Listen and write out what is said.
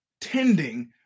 tending